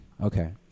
Okay